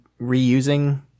reusing